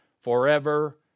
forever